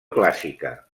clàssica